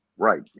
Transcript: Right